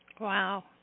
Wow